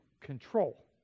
control